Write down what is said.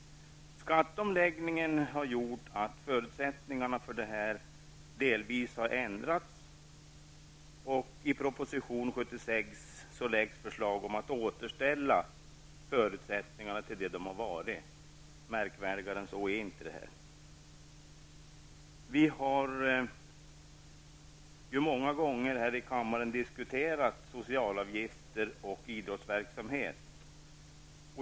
Skatteomläggningen har gjort att förutsättningarna för detta delvis har ändrats. I proposition 76 läggs förslag om att återställa förutsättningarna till det de har varit. Märkvärdigare än så är det inte. Vi har ju många gånger här i kammaren diskuterat socialavgifter och idrottsverksamhet.